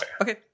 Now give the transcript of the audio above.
Okay